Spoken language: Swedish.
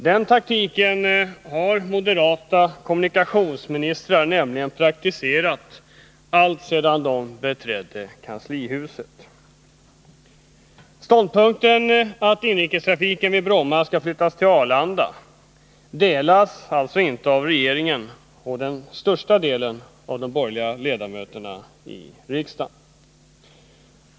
Den taktiken har moderata kommunikationsministrar praktiserat alltsedan dessa beträdde kanslihuset. Åsikten att inrikestrafiken vid Bromma skall flyttas till Arlanda, delas alltså inte av regeringen och största delen av de borgerliga ledamöterna i riksdagen.